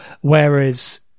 whereas